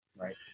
Right